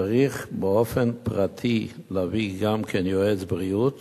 צריך באופן פרטי להביא גם יועץ בריאות